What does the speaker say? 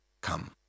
come